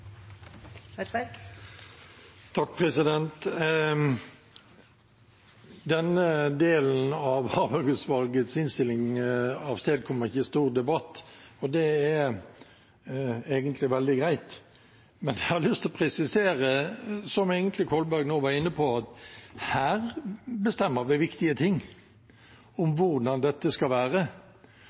egentlig veldig greit. Men jeg har lyst til å presisere, som Kolberg nå også egentlig var inne på, at her bestemmer vi viktige ting om hvordan dette skal være.